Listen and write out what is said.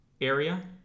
area